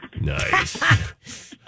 Nice